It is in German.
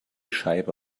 scheibe